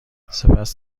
سپس